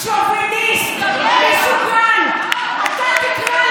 אני מתבייש שאת כאן.